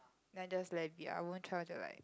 then I just let it be lah I won't try until like